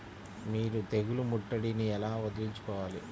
మీరు తెగులు ముట్టడిని ఎలా వదిలించుకోవాలి?